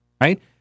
Right